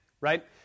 right